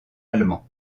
allemands